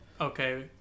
Okay